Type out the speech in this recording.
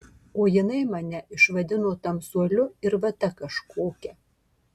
o jinai mane išvadino tamsuoliu ir vata kažkokia